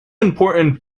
important